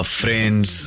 friends